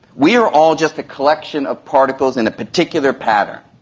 we are all just a collection of particles in a particular pattern.